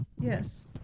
Yes